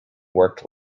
worked